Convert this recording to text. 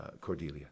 Cordelia